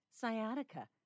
sciatica